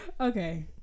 Okay